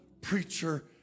preacher